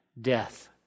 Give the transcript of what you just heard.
death